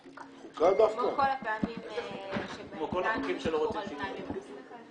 חוקה כמו בכל הפעמים שבהם דנו בשחרור על תנאי אסירים.